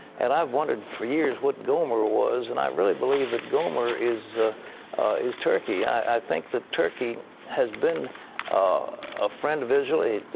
and i have wondered for years what gomer was, and i really believe that gomer is ah is turkey. i think that turkey has been a friend of israel.